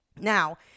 Now